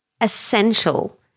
essential